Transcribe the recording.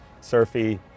surfy